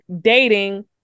dating